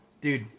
Dude